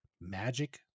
magic